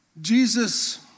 Jesus